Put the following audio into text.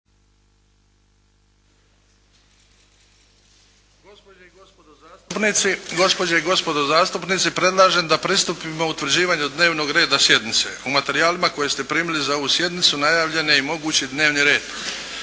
Gospođe i gospodo zastupnici predlažem da pristupimo utvrđivanju dnevnog reda sjednice. U materijalima koje ste primili za ovu sjednicu najavljen je i mogući dnevni red.